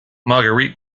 marguerite